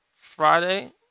Friday